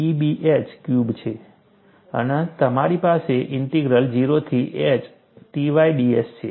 અને તમારી પાસે ઇન્ટિગ્રલ 0 થી h Ty ds છે